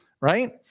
right